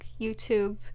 YouTube